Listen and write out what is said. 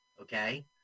okay